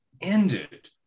ended